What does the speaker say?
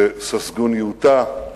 שססגוניותה,